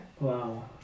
Wow